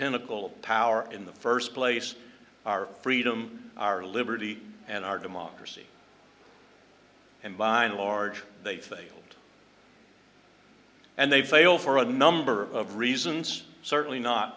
pinnacle power in the first place our freedom our liberty and our democracy and by and large they failed and they fail for a number of reasons certainly not